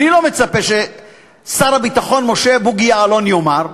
אני לא מצפה ששר הביטחון, משה בוגי יעלון, יאמר.